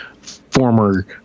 former